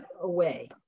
away